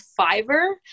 Fiverr